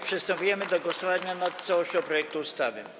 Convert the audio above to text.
Przystępujemy do głosowania nad całością projektu ustawy.